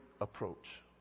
approach